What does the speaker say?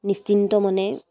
নিশ্চিন্ত মনে